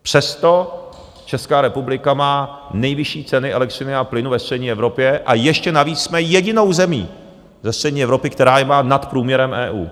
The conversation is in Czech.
Přesto Česká republika má nejvyšší ceny plynu a elektřiny ve střední Evropě a ještě navíc jsme jedinou zemí ze střední Evropy, která je má nad průměrem EU.